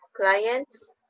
clients